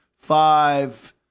five